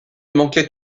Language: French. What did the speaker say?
manquait